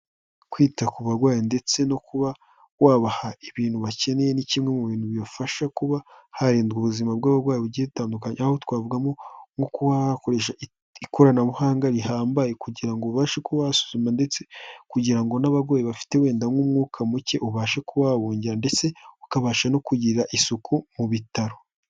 Kwita ku barwayi ndetse no kuba wabaha ibintu bakeneye ni kimwe mu bintu bibafasha kuba harindadwa ubuzima bugiye butandukanye aho twavuga nkokoresha ikoranabuhanga rihambaye kugira ubashe kuhasuzuma ndetse kugira ngo n'abarwayi bafite wenda nk'umwuka muke ubashe kuhahungira ndetse ukabasha no kugira isuku mu bitaro.